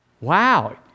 Wow